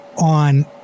on